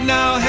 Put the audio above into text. Now